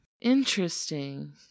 Interesting